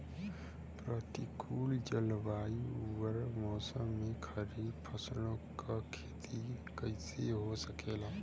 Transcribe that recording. प्रतिकूल जलवायु अउर मौसम में खरीफ फसलों क खेती कइसे हो सकेला?